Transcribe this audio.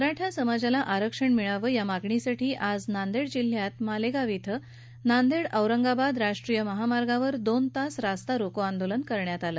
मराठा समाजाला आरक्षण मिळावं या मागणीसाठी आज नांदेड जिल्ह्यातील मालेगाव इथ नांदेड औरंगाबाद या राष्ट्रीय महामार्गावर दोन तास रस्ता रोको आंदोलन करण्यात आलं